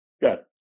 Good